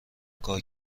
کار